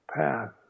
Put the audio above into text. path